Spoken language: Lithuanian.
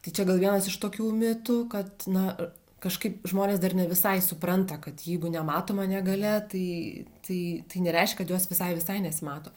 tai čia gal vienas iš tokių mitų kad na kažkaip žmonės dar ne visai supranta kad jeigu nematoma negalia tai tai tai nereiškia juos visai visai nesimato